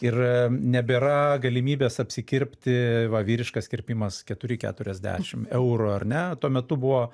ir a nebėra galimybės apsikirpti va vyriškas kirpimas keturi keturiasdešim eurų ar ne tuo metu buvo